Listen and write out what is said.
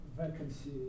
Vacancy